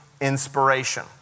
inspiration